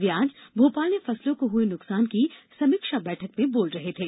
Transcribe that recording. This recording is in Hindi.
वे आज भोपाल में फसलों को हुए नुकसान की समीक्षा बैठक में बोल रहे थे